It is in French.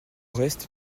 reste